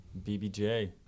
BBJ